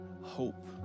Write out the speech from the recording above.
hope